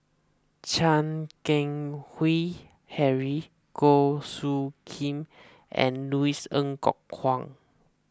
Chan Keng Howe Harry Goh Soo Khim and Louis Ng Kok Kwang